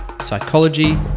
psychology